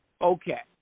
okay